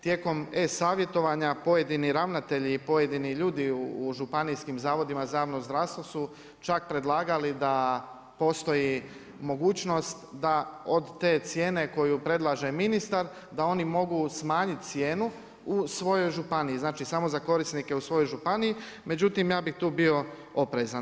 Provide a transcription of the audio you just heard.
Tijekom e-savjetovanja pojedini ravnatelji i pojedini ljudi u županijskim zavodima su za javno zdravstvo su čak predlagali da postoji mogućnost da od te cijene koju predlaže ministar da oni mogu smanjiti cijenu u svojoj županiji, znači samo za korisnike u svojoj županiji, međutim ja bih tu bio oprezan.